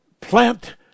plant